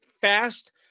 fast